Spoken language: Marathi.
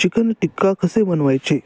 चिकन टिक्का कसे बनवायचे